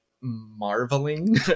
marveling